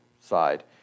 side